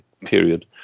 period